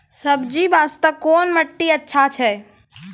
सब्जी बास्ते कोन माटी अचछा छै?